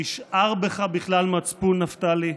נשאר בך בכלל מצפון, נפתלי?